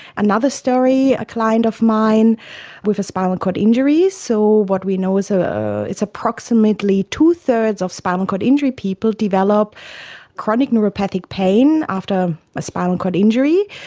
another story, a client of mine with a spinal cord injury, so what we know is ah it's approximately two-thirds of spinal cord injury people develop chronic neuropathic pain after a spinal cord injury.